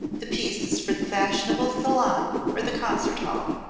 the piece is for the fashionable salon or the concert hall.